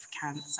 cancer